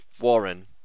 Warren